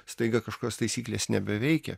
staiga kažkokios taisyklės nebeveikia